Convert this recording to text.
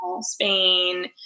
Spain